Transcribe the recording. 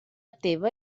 teva